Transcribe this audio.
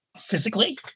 physically